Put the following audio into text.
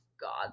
God